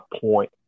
point